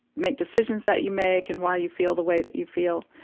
make decisions that you make and why you feel the way that you feel,